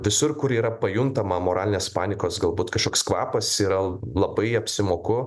visur kur yra pajuntama moralinės panikos galbūt kažkoks kvapas yra labai apsimoku